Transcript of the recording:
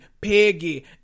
Peggy